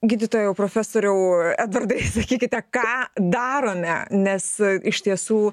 gydytojau profesoriau edvardai sakykite ką darome nes iš tiesų